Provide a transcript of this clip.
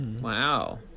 Wow